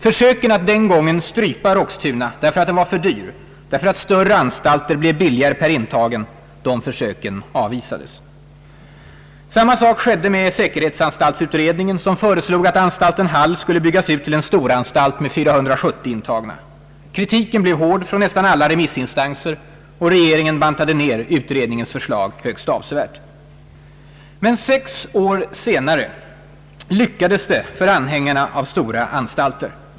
Försöken att den gången strypa Roxtuna för att anstalten var för dyr — större anstalter blev billigare per intagen — avvisades. Samma sak skedde med säkerhetsanstaltsutredningen som föreslog att anstalten Hall skulle byggas ut till en storanstalt med 470 intagna. Kritiken blev hård från nästan alla remissinstanser och regeringen bantade ner utredningens förslag högst avsevärt. Men sex år senare lyckades det för anhängarna av stora anstalter.